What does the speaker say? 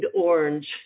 orange